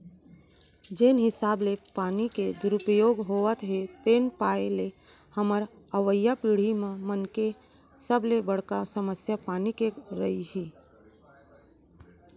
जेन हिसाब ले पानी के दुरउपयोग होवत हे तेन पाय ले हमर अवईया पीड़ही मन के सबले बड़का समस्या पानी के रइही